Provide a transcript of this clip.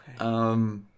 Okay